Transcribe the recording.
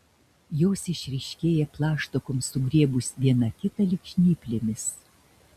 jos išryškėja plaštakoms sugriebus viena kitą lyg žnyplėmis